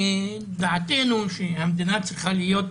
המדינה, לדעתנו, צריכה להיות